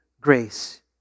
grace